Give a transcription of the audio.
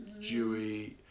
Jewy